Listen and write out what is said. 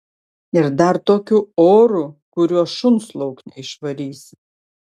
ir dar tokiu oru kuriuo šuns lauk neišvarysi